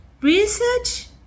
research